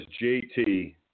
JT